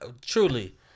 truly